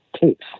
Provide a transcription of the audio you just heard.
tapes